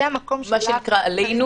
זה לא רק עניין